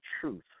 truth